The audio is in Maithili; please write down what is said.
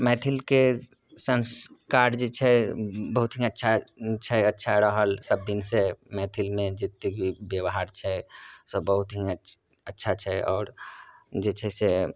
मैथिलके संस्कार जे छै बहुत ही अच्छा छै अच्छा रहल सभ दिनसे मैथिलमे जतेक भी व्यवहार छै सभ बहुत ही अछ अच्छा छै आओर जे छै से